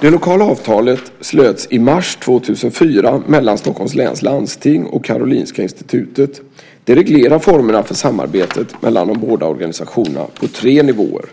Det lokala avtalet slöts i mars 2004 mellan Stockholms läns landsting och Karolinska Institutet. Det reglerar formerna för samarbetet mellan de båda organisationerna på tre nivåer.